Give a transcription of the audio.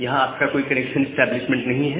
यहां आपका कोई कनेक्शन इस्टैब्लिशमेंट नहीं है